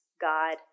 God